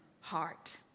heart